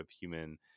human